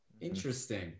Interesting